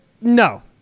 no